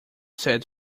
said